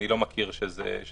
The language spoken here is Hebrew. אני לא יודע שזה נעשה.